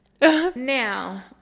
Now